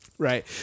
Right